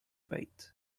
bait